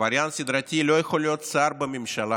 עבריין סדרתי לא יכול להיות שר בממשלה